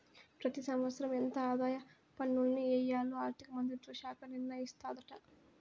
పెతి సంవత్సరం ఎంత ఆదాయ పన్నుల్ని ఎయ్యాల్లో ఆర్థిక మంత్రిత్వ శాఖ నిర్ణయిస్తాదాట